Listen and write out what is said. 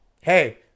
hey